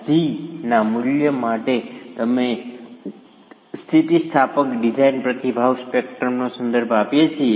Sag ના મૂલ્ય માટે અમે સ્થિતિસ્થાપક ડિઝાઇન પ્રતિભાવ સ્પેક્ટ્રમનો સંદર્ભ આપીએ છીએ